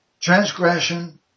transgression